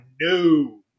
no